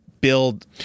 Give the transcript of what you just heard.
build